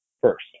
first